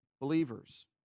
believers